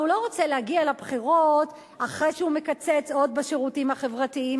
הרי הוא לא רוצה להגיע לבחירות אחרי שהוא מקצץ עוד בשירותים החברתיים,